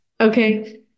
Okay